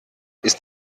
ist